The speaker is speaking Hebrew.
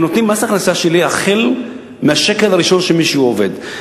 הם נותנים מס הכנסה שלילי החל מהשקל הראשון שמישהו מרוויח,